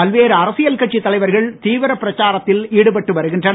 பல்வேறு அரசியல் கட்சித் தலைவர்கள் தீவிர பிரச்சாரத்தில் ஈடுபட்டு வருகின்றனர்